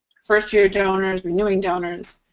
first-year donors, renewing donors.